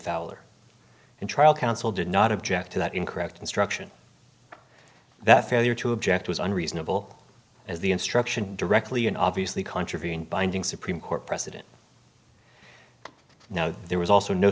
fowler and trial counsel did not object to that incorrect instruction that failure to object was unreasonable as the instruction directly and obviously contravene binding supreme court precedent now there was also no